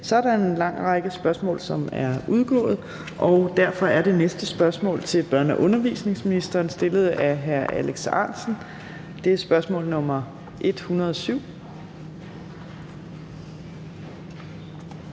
Så er der en lang række spørgsmål, der er udgået af dagsordenen, og derfor er det næste spørgsmål til børne- og undervisningsministeren, og det er stillet af hr. Alex Ahrendtsen. Det er spørgsmål nr. S 107.